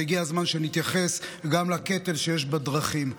והגיע הזמן שנתייחס גם לקטל שיש בדרכים.